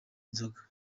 inzoga